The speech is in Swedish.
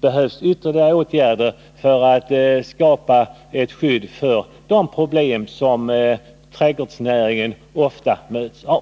behövs ytterligare åtgärder för att skapa ett skydd mot de problem som trädgårdsnäringen ofta möts av.